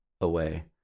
away